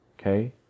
Okay